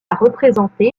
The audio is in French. représenté